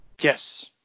Yes